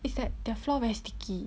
is that their floor very sticky